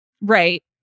right